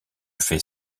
fais